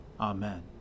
Amen